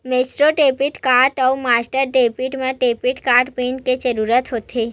Maestro debit card अउ Master debit म debit card PIN के जरूरत होथे